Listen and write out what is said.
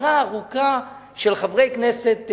סדרה ארוכה של חברי כנסת,